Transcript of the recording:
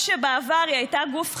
בעבר היא הייתה גוף חשוב,